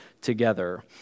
together